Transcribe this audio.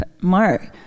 Mark